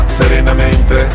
serenamente